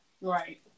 Right